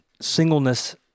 singleness